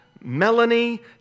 Melanie